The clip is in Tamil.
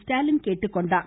ஸ்டாலின் கேட்டுக்கொண்டார்